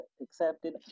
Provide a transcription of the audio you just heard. accepted